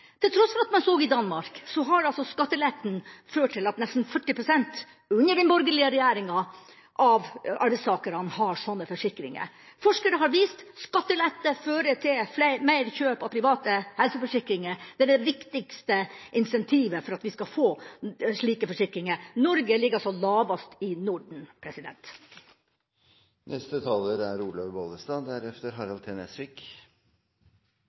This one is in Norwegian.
til tross for at man så hva som skjedde i Danmark, der skattelette for kjøp av forsikringer under den borgerlige regjeringa har ført til at nesten 40 pst. av arbeidstakerne har slike forsikringer. Forskere har vist: Skattelette fører til mer kjøp av private helseforsikringer, det er det viktigste incentivet til at vi får slike forsikringer. Norge ligger her lavest i Norden. «Privatisering» har